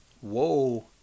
Whoa